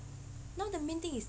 now the main thing is